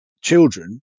children